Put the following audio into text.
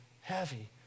heavy